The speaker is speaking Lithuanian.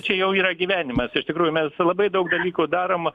čia jau yra gyvenimas iš tikrųjų mes čia labai daug dalykų darom